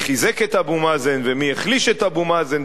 חיזק את אבו מאזן ומי החליש את אבו מאזן,